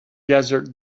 desert